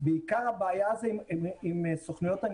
אמרתי שכל השבוע הזה התכתבנו עם חברות התעופה.